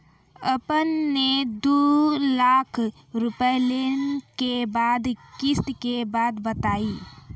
आपन ने दू लाख रुपिया लेने के बाद किस्त के बात बतायी?